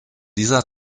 dieser